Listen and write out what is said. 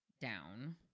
down